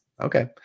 Okay